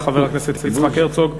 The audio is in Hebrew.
של חבר הכנסת יצחק הרצוג,